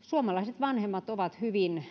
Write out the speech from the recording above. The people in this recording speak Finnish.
suomalaiset vanhemmat ovat hyvin